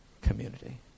community